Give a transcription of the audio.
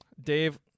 Dave